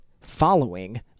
following